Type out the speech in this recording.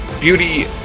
Beauty